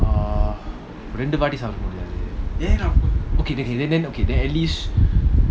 uh ரெண்டுவாட்டிசாப்பிடமுடியாது:renduvaati sapda mudiathu okay then then okay then at least